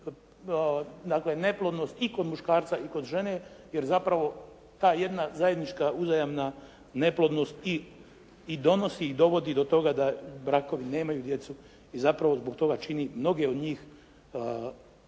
neplodnost i kod muškarca i kod žene jer zapravo ta jedna zajednička uzajamna neplodnost i donosi i dovodi do toga da brakovi nemaju djecu i zapravo zbog toga čini mnoge od njih